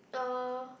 uh